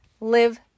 live